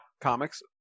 Comics